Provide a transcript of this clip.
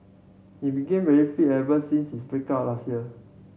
he became very fit ever since his break up last year